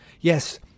yes